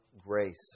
grace